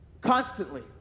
constantly